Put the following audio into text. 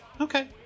Okay